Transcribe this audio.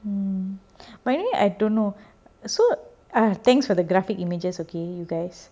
mm but anyway I don't know ah so thanks for the graphic images okay you guys